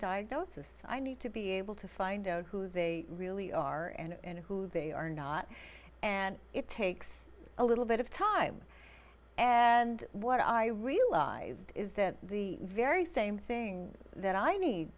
diagnosis i need to be able to find out who they really are and who they are not and it takes a little bit of time and what i realized is that the very same thing that i need